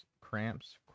cramps